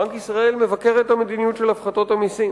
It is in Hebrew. בנק ישראל מבקר את המדיניות של הפחתות המסים.